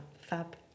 Fab